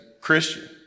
Christian